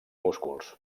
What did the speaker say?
músculs